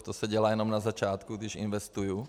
To se dělá jenom na začátku, když investuju.